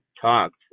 talked